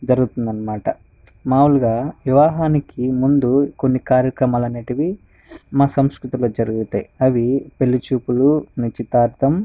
జరుగుతుంది అన్నమాట మామూలుగా వివాహానికి ముందు కొన్ని కార్యక్రమాలు అనేవి మా సంస్కృతిలో జరుగుతాయి అవి పెళ్ళిచూపులు నిశ్చితార్థం